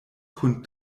kun